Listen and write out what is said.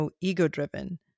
ego-driven